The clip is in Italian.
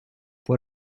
può